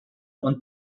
und